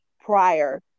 prior